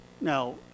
Now